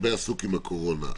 ועסוק הרבה בקורונה.